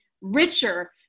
richer